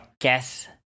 guess